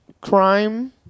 crime